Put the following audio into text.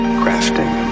crafting